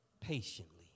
patiently